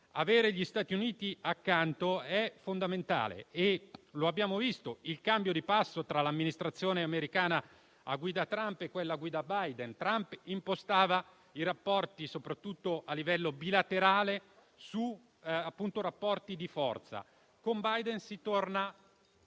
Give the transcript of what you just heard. Avere gli Stati Uniti accanto è fondamentale e abbiamo visto il cambio di passo tra l'Amministrazione americana a guida Trump e quella a guida Biden: Trump impostava i rapporti, soprattutto a livello bilaterale, su logiche di forza, mentre con Biden si torna